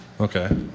Okay